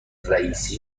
رییسی